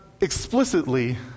explicitly